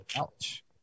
Ouch